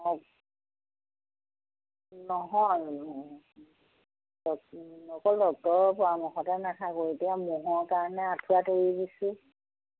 হয় নহয় মানে অকল ডক্তৰৰ পৰামৰ্শমতে নেথাকোঁ এতিয়া মহৰ কাৰণে আঁঠুৱা তৰি দিছোঁ